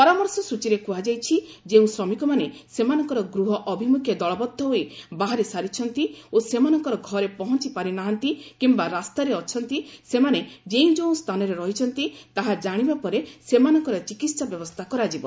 ପରାମର୍ଶ ସୂଚୀରେ କୁହାଯାଇଛି ଯେଉଁ ଶ୍ରମିକମାନେ ସେମାନଙ୍କର ଗୃହ ଅଭିମୁଖେ ଦଳବଦ୍ଧ ହୋଇ ବାହାରି ସାରିଛନ୍ତି ଓ ସେମାନଙ୍କର ଘରେ ପହଞ୍ଚପାରି ନାହାନ୍ତି କିମ୍ବା ରାସ୍ତାରେ ଅଛନ୍ତି ସେମାନେ ଯେଉଁ ଯେଉଁ ସ୍ଥାନରେ ରହିଛନ୍ତି ତାହା ଜାଣିବା ପରେ ସେମାନଙ୍କର ଚିକିତ୍ସା ବ୍ୟବସ୍ଥା କରାଯିବ